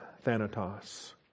Thanatos